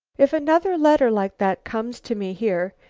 if another letter like that comes to me here,